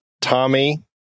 Tommy